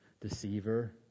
Deceiver